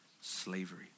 slavery